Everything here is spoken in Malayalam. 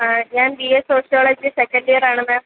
ആ ഞാൻ ബി എ സോഷ്യോളജി സെക്കൻ്റ് ഇയറാണ് മേം